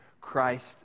Christ